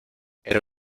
era